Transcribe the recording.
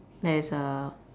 there's a